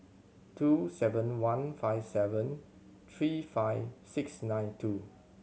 two seven one five seven three five six nine two